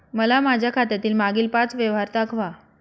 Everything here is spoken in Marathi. मला माझ्या खात्यातील मागील पांच व्यवहार दाखवा